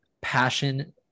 passion